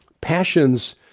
passions